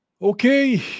Okay